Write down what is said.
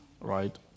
right